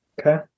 okay